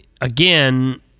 ...again